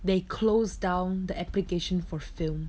they closed down the application for film